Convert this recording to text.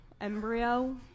Embryo